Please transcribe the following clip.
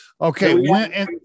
Okay